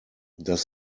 das